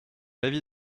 l’avis